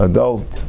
Adult